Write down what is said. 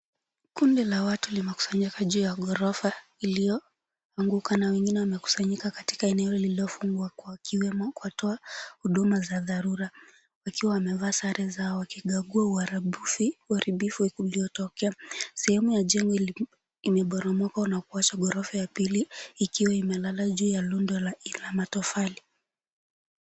Kundi la watu limekusanyika juu ya ghorofa iliyoanguka na wengine wamekusanyika katika eneo lililofungwa wakiwemo wakitoa huduma za dharura wakiwa wamevaa sare zao wakikagua uharibifu uliotokea sehemu ya jengo imeporomoka na kuwacha ghorofa ya pili ikiwa imelala juu ya rundo la matofali.